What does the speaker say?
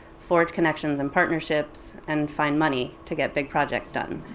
forge connections and partnerships, and find money to get big projects done.